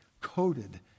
coated